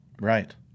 Right